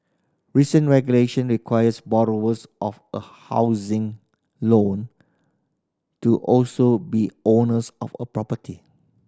recent regulation requires of a housing loan to also be owners of a property